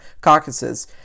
caucuses